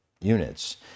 units